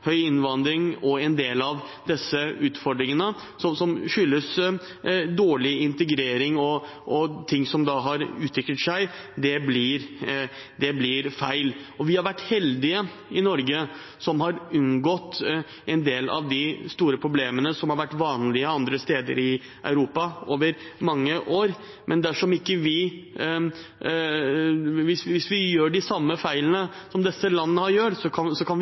høy innvandring og en del av disse utfordringene som skyldes dårlig integrering og ting som har utviklet seg, blir feil. Vi har vært heldige i Norge som har unngått en del av de store problemene som har vært vanlige andre steder i Europa over mange år, men hvis vi gjør de samme feilene som disse landene gjør, kan vi ikke forvente et annet resultat. Justisministeren har